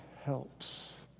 helps